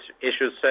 issues